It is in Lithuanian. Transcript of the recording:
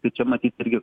tai čia matyt irgi